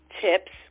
tips